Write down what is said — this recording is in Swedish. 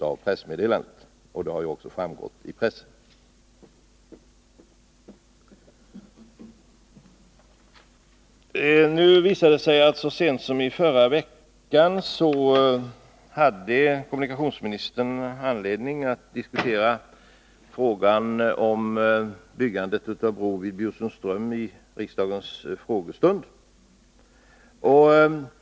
Detta har ju också framgått i pressen. Så sent som i förra veckan hade kommunikationsministern i riksdagens frågestund anledning att diskutera frågan om byggandet av bro vid Bjursunds ström.